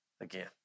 again